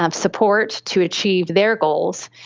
um support to achieve their goals?